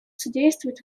содействовать